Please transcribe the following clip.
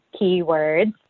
keywords